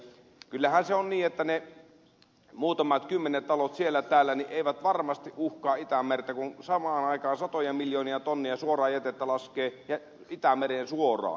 kyllähän se on niin että ne muutamat kymmenet talot siellä täällä eivät varmasti uhkaa itämerta kun samaan aikaan satoja miljoonia tonneja jätettä laskee itämereen suoraan